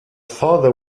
father